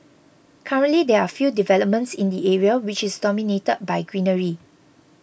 currently there are few developments in the area which is dominated by greenery